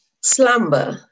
Slumber